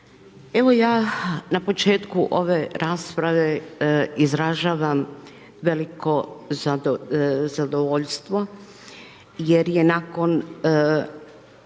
Evo ja na početku ove rasprave izražavam veliko zadovoljstvo jer je nakon